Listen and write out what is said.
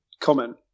comment